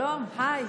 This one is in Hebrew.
שלום, היי.